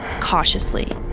cautiously